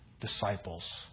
disciples